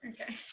okay